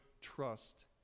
trust